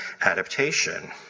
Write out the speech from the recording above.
adaptation